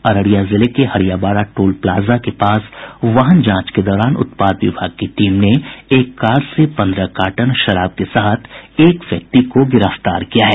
अररिया जिले के Hariyabara toll plaza के पास वाहन जांच के दौरान उत्पाद विभाग की टीम ने एक कार से पन्द्रह कार्टन शराब के साथ एक व्यक्ति को गिरफ्तार किया है